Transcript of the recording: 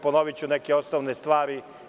Ponoviću neke osnovne stvari.